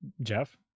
Jeff